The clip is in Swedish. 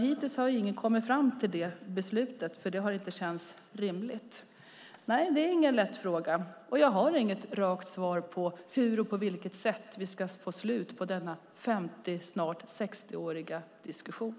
Hittills har ingen kommit fram till det beslutet eftersom det inte har känts rimligt. Nej, det är ingen lätt fråga, och jag har inget rakt svar på hur och på vilket sätt vi ska få slut på denna 50 snart 60-åriga diskussion.